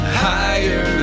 higher